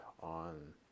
on